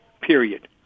period